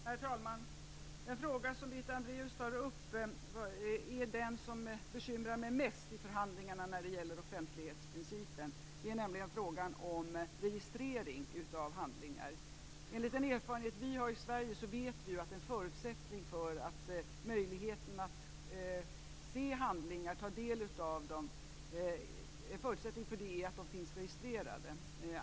Herr talman! Den fråga som Birgitta Hambraeus tar upp är den som bekymrar mig mest i förhandlingarna när det gäller offentlighetsprincipen. Det gäller alltså frågan om registrering av handlingar. Enligt den erfarenhet vi har i Sverige är en förutsättning för folks möjlighet att se handlingar och ta del av dem att de finns registrerade.